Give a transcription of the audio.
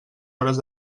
hores